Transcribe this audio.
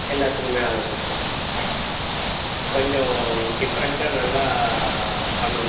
எல்லாத்துக்குமே ஆள் இருக்குது கொஞ்சம் டிஃபரெண்ட்டாக நல்லா பண்ணணும்